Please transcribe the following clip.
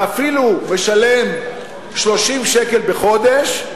ואפילו משלם 30 שקלים בחודש,